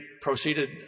proceeded